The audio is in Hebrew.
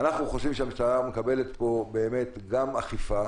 אנחנו חושבים שהמשטרה מקבלת פה גם אכיפה,